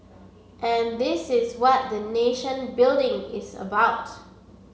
and this is what the nation building is about